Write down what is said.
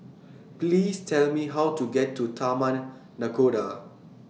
Please Tell Me How to get to Taman Nakhoda